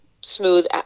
smooth